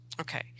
okay